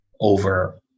over